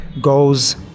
goes